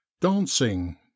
dancing